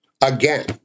again